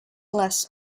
less